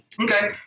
Okay